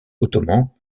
ottomans